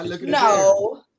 No